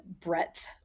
breadth